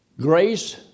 grace